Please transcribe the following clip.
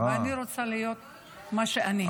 ואני רוצה להיות מה שאני.